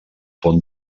pont